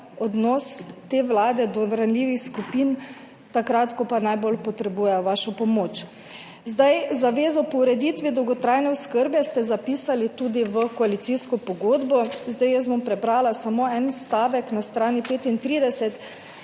odnos te vlade do ranljivih skupin, takrat ko najbolj potrebujejo vašo pomoč. Zavezo po ureditvi dolgotrajne oskrbe ste zapisali tudi v koalicijsko pogodbo. Jaz bom prebrala samo en stavek na strani 35,